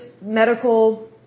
medical